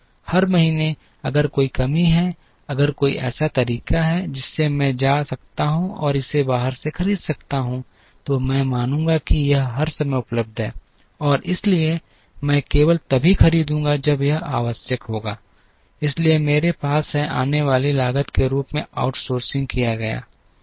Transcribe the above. हर महीने अगर कोई कमी है अगर कोई ऐसा तरीका है जिससे मैं जा सकता हूं और इसे बाहर से खरीद सकता हूं तो मैं मानूंगा कि यह हर समय उपलब्ध है और इसलिए मैं केवल तभी खरीदूंगा जब यह आवश्यक होगा इसलिए मेरे पास है आने वाली लागत के रूप में आउटसोर्स किया गया